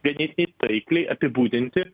ganėtinai taikliai apibūdinti